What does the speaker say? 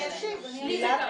אנסח את השאלה.